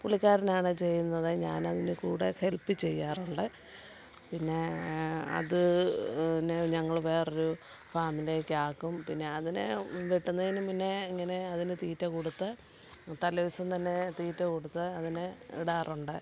പുള്ളിക്കാരനാണ് ചെയ്യുന്നത് ഞാനതിന് കൂടെ ഹെൽപ്പ് ചെയ്യാറുണ്ട് പിന്നെ അത് ന്നെ ഞങ്ങള് വേറൊരു ഫാമിലേക്കാക്കും പിന്നെ അതിനെ വെട്ടുന്നതിനും മുന്നേ ഇങ്ങനെ അതിന് തീറ്റ കൊടുത്ത് തലേ ദിവസം തന്നേ തീറ്റ കൊടുത്ത് അതിനെ ഇടാറുണ്ട്